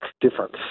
difference